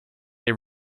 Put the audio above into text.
they